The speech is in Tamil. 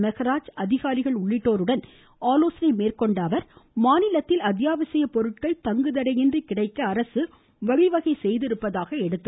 மெகராஜ் அதிகாரிகள் உள்ளிட்டோருடன் ஆலோசனை மேற்கொண்ட அவர் மாநிலத்தில் அத்யாவசிய பொருட்கள் தங்குதடையின்றி கிடைக்க அரசு வழிவகை செய்துள்ளதாக கூறினார்